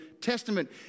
Testament